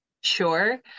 sure